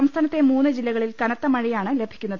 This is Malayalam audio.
സംസ്ഥാനത്തെ മൂന്ന് ജില്ലകളിൽ കനത്ത മഴയാണ് ലഭിക്കുന്നത്